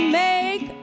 make